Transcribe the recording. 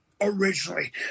originally